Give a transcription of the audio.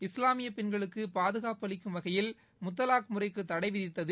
இஸ்லாமிய பெண்களுக்கு பாதுகாப்பு அளிக்கும் வகையில் முத்தலாக் முறைக்கு தடைவிதித்தது